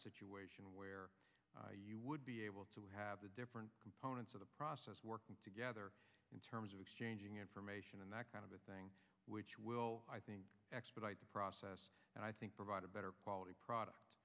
situation where you would be able to have the different components of the process working together in terms of exchanging information and that kind of thing which will i think expedite the process and i think provide a better quality product